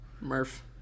Murph